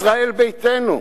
ישראל ביתנו,